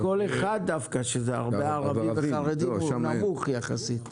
באשכול 1, שיש בו הרבה ערבים וחרדים, נמוך יחסית.